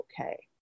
okay